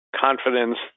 confidence